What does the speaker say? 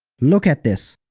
look at this.